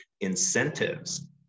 incentives